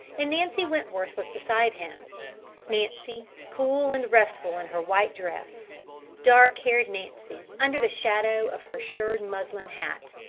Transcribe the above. and nancy wentworth was beside him nancy, cool and restful in her white dress dark-haired nancy under the shadow of her shirred muslin hat.